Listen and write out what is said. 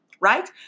right